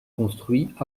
construit